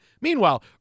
Meanwhile